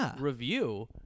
review